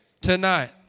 tonight